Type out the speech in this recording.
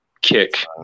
kick